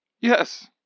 Yes